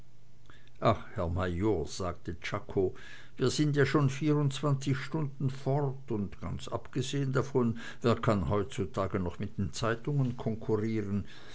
ach herr major sagte czako wir sind ja schon vierundzwanzig stunden fort und ganz abgesehen davon wer kann heutzutage noch mit den zeitungen konkurrieren